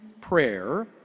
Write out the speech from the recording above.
prayer